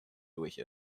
durch